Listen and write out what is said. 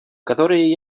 которые